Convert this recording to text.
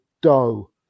doe